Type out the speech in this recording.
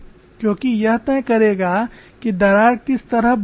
क्योंकि यह तय करेगा कि दरार किस तरह बढ़ेगी